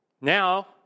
Now